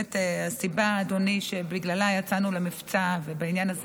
הסיבה, אדוני, שבגללה יצאנו למבצע, בעניין הזה